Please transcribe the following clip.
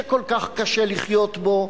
שכל כך קשה לחיות בו,